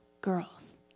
Girls